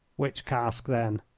which cask, then?